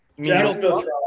Jacksonville